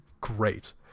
great